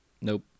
Nope